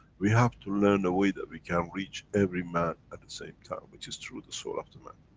we have to learn a way, that we can reach every man at the same time. which is through the soul of the man.